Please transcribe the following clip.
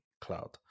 cloud